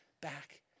back